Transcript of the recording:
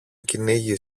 κυνήγι